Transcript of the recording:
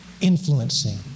influencing